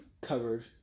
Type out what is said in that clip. covered